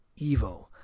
EVO